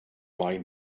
mind